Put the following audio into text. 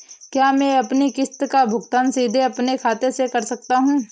क्या मैं अपनी किश्त का भुगतान सीधे अपने खाते से कर सकता हूँ?